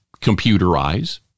Computerize